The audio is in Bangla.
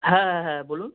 হ্যাঁ হ্যাঁ বলুন